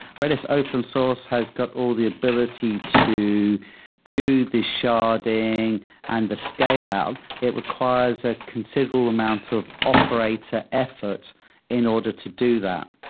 redis open source has got all the ability to do the sharding and the scale out. it requires a considerable amount of operator effort in order to do that.